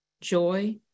joy